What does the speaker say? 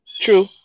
True